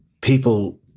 people